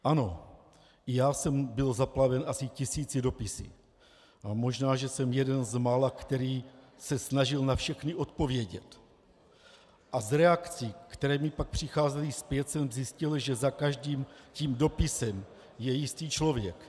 Ano, i já jsem byl zaplaven asi tisíci dopisy, ale možná že jsem jeden z mála, který se snažil na všechny odpovědět, a z reakcí, které mi pak přicházely zpět, jsem zjistil, že za každým tím dopisem je jistý člověk.